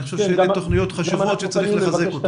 אני חושב שאלה תוכניות חשובות שצריך לחזק אותן.